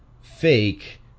fake